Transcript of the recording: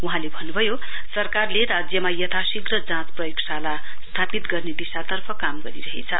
वहाँले भन्नुभयो सरकारले राज्यमा यथाशीघ्र जाँच प्रयोगशाला स्थापित गर्ने दिशातर्फ काम गरिरहेछ